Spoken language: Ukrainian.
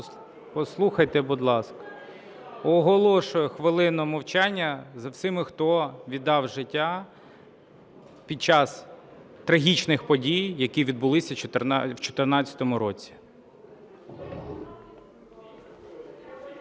послухайте, будь ласка! Оголошую хвилину мовчання за всіма, хто віддав життя під час трагічних подій, які відбулися в 14-му році.